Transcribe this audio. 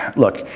look,